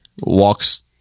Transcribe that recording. walks